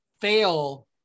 fail